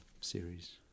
series